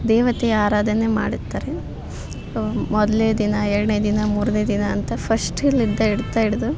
ದೇವತೆ ಆರಾಧನೆ ಮಾಡ್ತಾರೆ ಮೊದ್ಲ್ನೇ ದಿನ ಎರಡನೇ ದಿನ ಮೂರನೇ ದಿನ ಅಂತ ಫಸ್ಟಿಲ್ಲಿದ್ದ ಹಿಡ್ದು